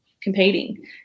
competing